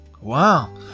Wow